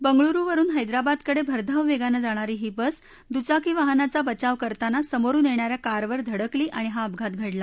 बंगळूरू वरुन हद्विबाद कडे भरधाव वेगानं जाणारी ही बस दूचाकी वाहनाचा बचाव करताना समोरुन येणा या कारवर धडकली आणि हा अपघात घडला